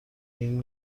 این